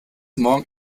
morgen